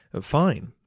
Fine